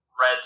Red